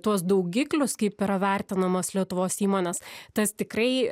tuos daugiklius kaip yra vertinamos lietuvos įmonės tas tikrai